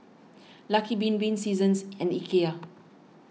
Lucky Bin Bin Seasons and Ikea